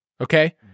okay